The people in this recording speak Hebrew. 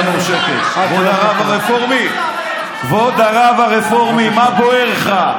כבוד הרב הרפורמי, כבוד הרב הרפורמי, מה בוער לך?